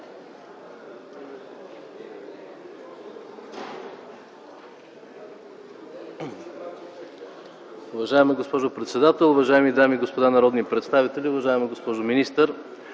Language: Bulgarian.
Уважаема госпожо председател, уважаеми дами и господа народни представители, уважаема госпожо министър!